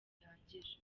bihagije